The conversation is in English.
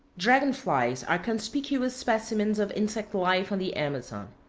dragon-flies are conspicuous specimens of insect life on the amazon.